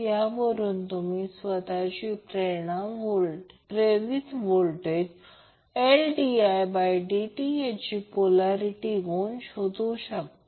यावरून तुम्ही स्वतः प्रेरित व्होल्टेज Ldidt याची पोल्यारीटी गुण शोधू शकता